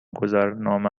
گذرنامه